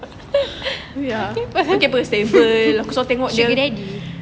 okay [pe] stable aku tengok dia